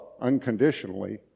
unconditionally